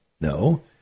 No